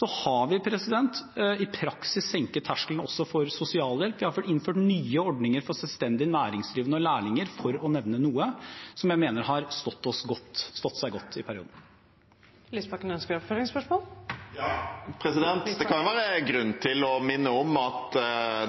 Vi har i praksis senket terskelen også for sosialhjelp. Vi har innført nye ordninger for selvstendig næringsdrivende og lærlinger, for å nevne noe, som jeg mener har stått seg godt i perioden. Det blir oppfølgingsspørsmål – først Audun Lysbakken. Det kan være grunn til å minne om at